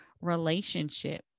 relationship